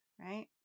right